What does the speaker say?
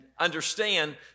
Understand